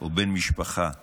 או בן משפחה שבנו,